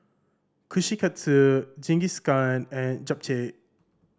Kushikatsu Jingisukan and Japchae